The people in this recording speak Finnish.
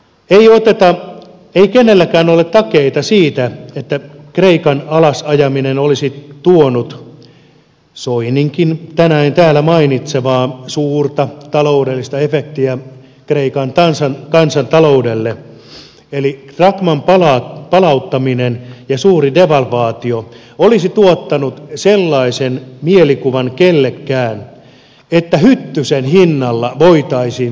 ei kenelläkään ole takeita siitä että kreikan alas ajaminen olisi tuonut soininkin tänään täällä mainitsemaa suurta taloudellista efektiä kreikan kansantaloudelle eli drakman palauttaminen ja suuri devalvaatio olisi tuottanut sellaisen mielikuvan kellekään että hyttysen hinnalla voitaisiin ostaa kameli